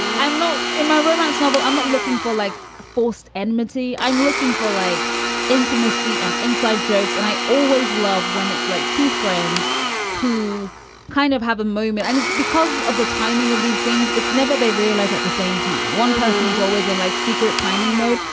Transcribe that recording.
i'm not in my romance novel. i'm not looking for like forced enmity. i'm looking for like intimacy and inside jokes. and i always love when it's like two friends who kind of have a moment. and it's because of the timing of these things. it's never they realize at the same time, one person's always in. like secret planning mode.